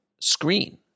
screen